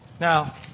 Now